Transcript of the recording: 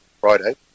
friday